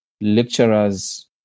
lecturers